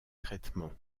traitement